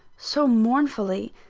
so mournfully,